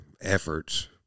efforts